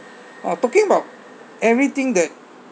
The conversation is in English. talking about everything that